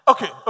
Okay